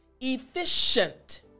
efficient